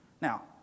Now